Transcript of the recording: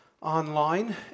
online